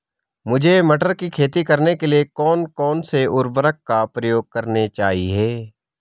मुझे मटर की खेती करने के लिए कौन कौन से उर्वरक का प्रयोग करने चाहिए?